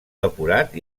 depurat